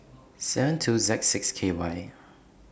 seven two Z six K Y